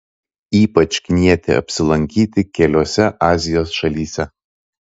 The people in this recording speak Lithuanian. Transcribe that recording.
ypač knieti apsilankyti keliose azijos šalyse